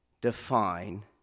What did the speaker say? define